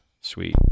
Sweet